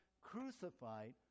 crucified